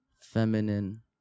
feminine